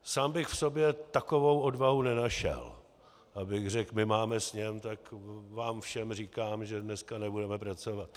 Sám bych v sobě takovou odvahu nenašel, abych řekl: my máme sněm, tak vám všem říkám, že dneska nebudeme pracovat.